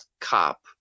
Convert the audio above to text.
cop